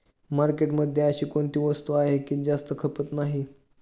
मार्केटमध्ये अशी कोणती वस्तू आहे की जास्त खपत नाही?